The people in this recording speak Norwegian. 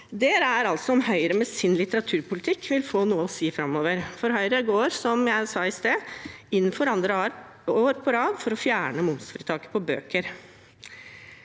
er om Høyre med sin litteraturpolitikk vil få noe å si framover. For Høyre går, som jeg sa i stad, for andre år på rad inn for å fjerne momsfritaket på bøker.